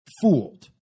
fooled